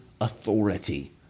authority